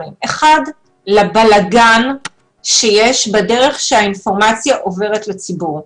האחד, לבלגן שיש בדרך שהאינפורמציה עוברת לציבור.